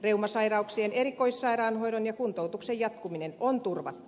reumasairauksien erikoissairaanhoidon ja kuntoutuksen jatkuminen on turvattu